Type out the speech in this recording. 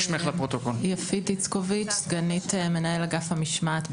יפית איצקוביץ', סגנית מנהל אגף המשמעת בנציבות.